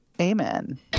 Amen